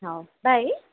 ହଉ ବାଏ